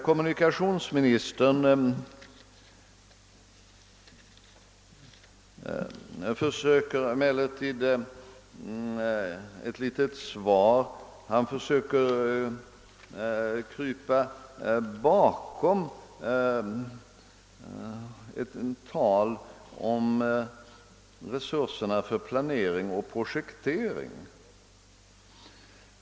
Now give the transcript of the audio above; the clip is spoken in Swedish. Kommunikationsministern — försöker emellertid ge ett litet svar genom att försöka krypa bakom ett tal om resurserna för planering och projektering.